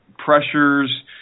pressures